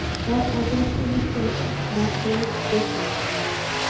but i guess you're mistaken. not birds this late in the year.